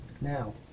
Now